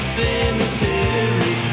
cemetery